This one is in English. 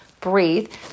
Breathe